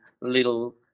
little